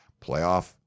playoff